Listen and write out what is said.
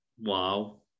wow